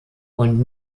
und